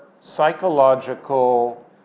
psychological